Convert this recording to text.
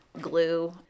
glue